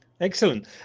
Excellent